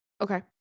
okay